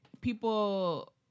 people